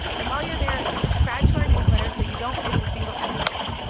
and while you're there, subscribe to our newsletter so you don't miss a single episode.